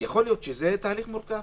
יכול להיות שזה תהליך מורכב.